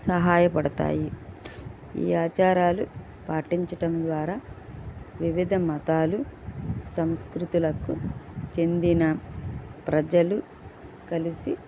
సహాయపడతాయి ఈ ఆచారాలు పాటించడం ద్వారా వివిధ మతాలు సంస్కృతులకు చెందిన ప్రజలు కలిసి